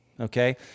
okay